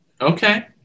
okay